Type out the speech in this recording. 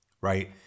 right